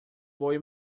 boi